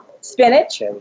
spinach